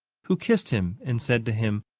who kissed him and said to him,